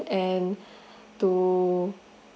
and to